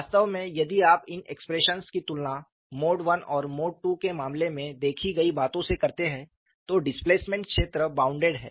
वास्तव में यदि आप इन एक्सप्रेशंस की तुलना मोड I और मोड II के मामले में देखी गई बातों से करते हैं तो डिस्प्लेसमेंट क्षेत्र बॉउंडेड है